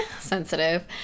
sensitive